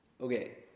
Okay